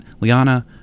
Liana